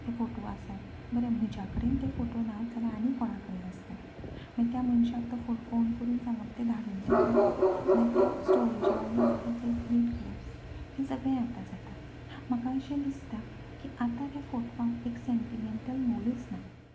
ते फोटो आसात बरें म्हज्या कडेन ते फोटो नात जाल्यार आनी कोणा कडेन आसतात मागीर त्या मनशाक तो फोन करून सांगप ते धाडून दी गो म्हूण मागीर ते स्टोरेज वाडली जाल्या ते डिलीट करप हें सगलें आतां जाता म्हाका अशें दिसता आतां त्या फोटवांत एक सेंटीमेंटल मोलच ना